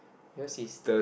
yours is